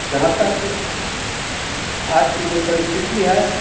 जहाँ तक आज की जो परिस्थिति है